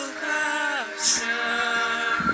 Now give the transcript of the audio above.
passion